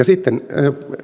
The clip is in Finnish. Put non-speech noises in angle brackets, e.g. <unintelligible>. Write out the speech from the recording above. <unintelligible> sitten